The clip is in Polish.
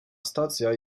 stacja